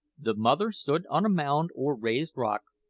the mother stood on a mound or raised rock,